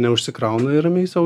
neužsikrauna ir ramiai sau